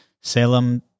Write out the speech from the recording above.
Salem